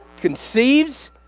conceives